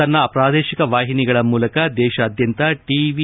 ತನ್ನ ಪ್ರಾದೇಶಿಕ ವಾಹಿನಿಗಳ ಮೂಲಕ ದೇಶಾದ್ಯಂತ ಟಿ